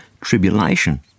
tribulation